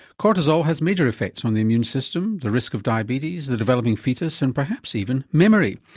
cortisol has major effects on the immune system, the risk of diabetes, the developing foetus and perhaps, even memory.